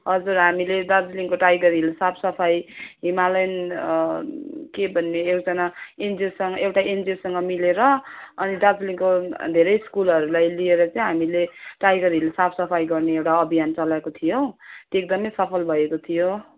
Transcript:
हजुर हामीले दार्जिलिङको टाइगर हिल साफ सफाइ हिमालयन के भन्ने एकजना एनजिओसँग एउटा एनजिओसँग मिलेर अनि गिडबलिङको धेरै स्कुलहरूलाई लिएर चाहिँ हामीले टाइगर हिल साफ सफाइ गर्ने एउटा अभियान चलाएको थियौँ त्यो एकदम सफल भएको थियो